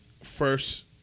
first